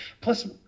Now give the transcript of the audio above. Plus